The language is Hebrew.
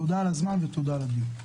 תודה על הזמן ועל הדיון.